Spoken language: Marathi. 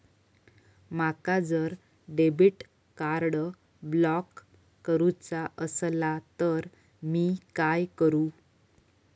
माका जर डेबिट कार्ड ब्लॉक करूचा असला तर मी काय करू?